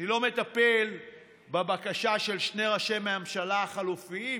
אני לא מטפל בבקשה של שני ראשי הממשלה החלופיים,